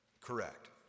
Correct